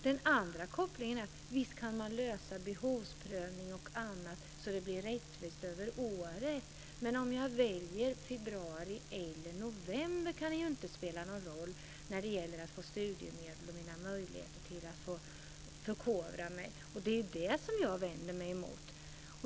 Det andra är: Visst kan man lösa behovsprövning och annat så att det blir rättvist över året, men om jag väljer februari eller november kan ju inte spela någon roll när det gäller att få studiemedel och mina möjligheter till att få förkovra mig. Det är ju det som jag vänder mig emot.